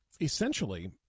essentially